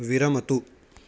विरमतु